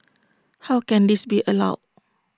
how can this be allowed